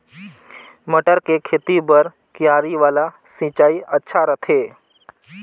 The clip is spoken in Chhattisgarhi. मटर के खेती बर क्यारी वाला सिंचाई अच्छा रथे?